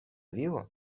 vivo